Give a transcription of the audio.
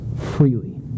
freely